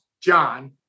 John